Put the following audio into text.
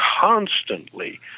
constantly